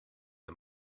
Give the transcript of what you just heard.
the